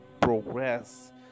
progress